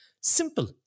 simple